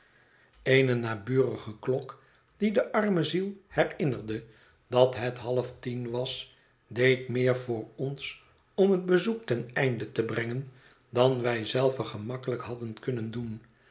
eene naburige klok die de arme ziel herinnerde dat het half tien was deed meer voor ons om het bezoek ten einde te brengen dan wij zelven gemakkelijk hadden kunnen doen